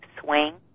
swing